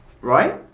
right